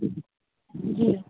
जी